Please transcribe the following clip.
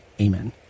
Amen